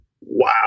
wow